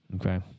Okay